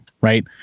right